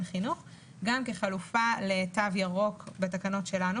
חינוך גם כחלופה לתו ירוק בתקנות שלנו.